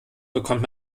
bekommt